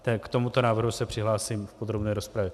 K tomuto návrhu se přihlásím v podrobné rozpravě.